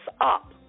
up